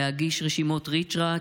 להגיש רשימות ריצ'רץ'